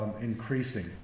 increasing